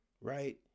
right